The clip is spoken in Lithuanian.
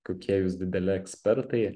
kokie jūs dideli ekspertai